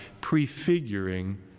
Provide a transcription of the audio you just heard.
prefiguring